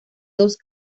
dos